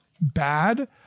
bad